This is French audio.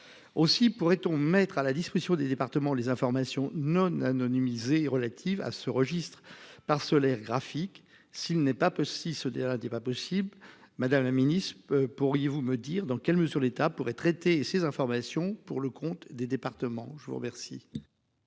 Aussi pourrait-on mettre à la disposition des départements les informations non-anonymisé relatives à ce registre parcellaire graphique, s'il n'est pas peu si se dégrade pas possible madame la Ministre, pourriez-vous me dire dans quelle mesure l'État pourrait traiter ces informations pour le compte des départements. Je vous remercie.